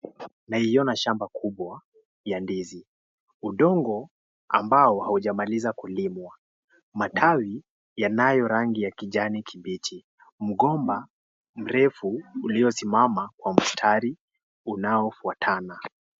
Naiona shamba kubwa ya ndizi, udongo ambao haujamaliza kulimwa, matawi yanayo rangi ya kijani kibichi, mgomba mrefu uliosimama kwa msatari unaofuatana.